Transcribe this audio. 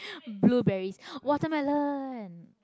blueberries watermelon